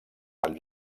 vall